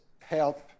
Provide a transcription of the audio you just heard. help